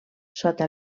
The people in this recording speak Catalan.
sota